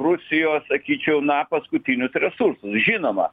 rusijos sakyčiau na paskutinius resursus žinoma